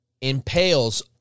impales